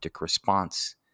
response